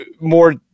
more